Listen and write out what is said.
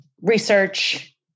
research